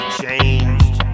changed